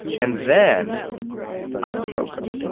and then i started proko.